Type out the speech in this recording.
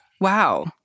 Wow